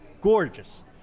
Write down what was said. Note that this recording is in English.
gorgeous